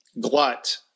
glut